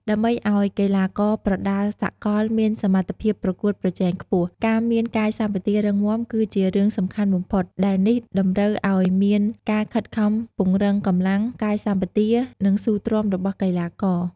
ដើម្បីឲ្យកីឡាករប្រដាល់សកលមានសមត្ថភាពប្រកួតប្រជែងខ្ពស់ ការមានកាយសម្បទារឹងមាំគឺជារឿងសំខាន់បំផុត ដែលនេះតម្រូវឲ្យមានការខិតខំពង្រឹងកម្លាំង កាយសម្បទា និងស៊ូទ្រាំរបស់កីឡាករ។